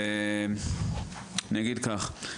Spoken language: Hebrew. אגיד כך: